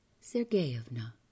Sergeyevna